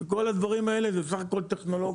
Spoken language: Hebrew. וכל הדברים האלה זה בסך הכל טכנולוגיה.